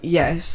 yes